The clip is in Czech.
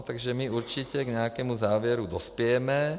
Takže my určitě k nějakému závěru dospějeme.